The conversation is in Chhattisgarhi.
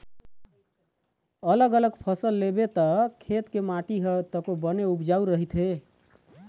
अलग अलग फसल लेबे त खेत के माटी ह तको बने उपजऊ रहिथे